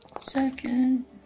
Second